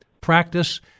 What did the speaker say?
practice